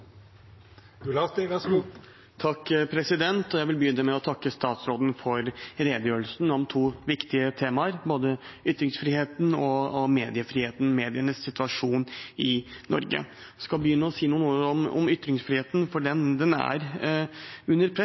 Jeg vil begynne med å takke statsråden for redegjørelsen om to viktige temaer, både ytringsfriheten og mediefriheten, medienes situasjon, i Norge. Jeg skal begynne å si noen ord om ytringsfriheten, for den er under press,